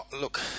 Look